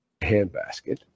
Handbasket